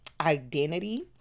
identity